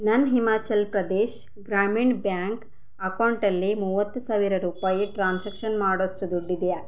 ನನ್ನ ಹಿಮಾಚಲ್ ಪ್ರದೇಶ್ ಗ್ರಾಮೀಣ್ ಬ್ಯಾಂಕ್ ಅಕೌಂಟಲ್ಲಿ ಮೂವತ್ತು ಸಾವಿರ ರೂಪಾಯಿ ಟ್ರಾನ್ಸಾಕ್ಷನ್ ಮಾಡೋಷ್ಟು ದುಡ್ಡಿದೆಯಾ